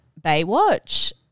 Baywatch